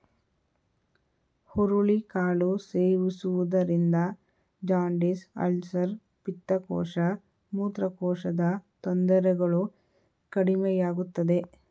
ಹುರುಳಿ ಕಾಳು ಸೇವಿಸುವುದರಿಂದ ಜಾಂಡಿಸ್, ಅಲ್ಸರ್, ಪಿತ್ತಕೋಶ, ಮೂತ್ರಕೋಶದ ತೊಂದರೆಗಳು ಕಡಿಮೆಯಾಗುತ್ತದೆ